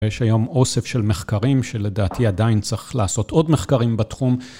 יש היום אוסף של מחקרים שלדעתי עדיין צריך לעשות עוד מחקרים בתחום.